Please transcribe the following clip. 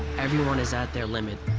everyone is at their limit.